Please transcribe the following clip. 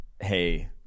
hey